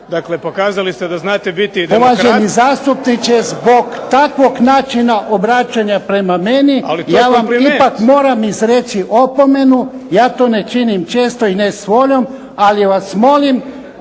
dakle pokazali ste da znate biti i demokrat.